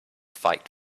fight